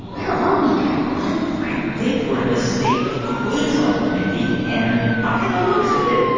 where are we, guy raz? i think we're in the state of queensland, mindy, and, by the looks of it,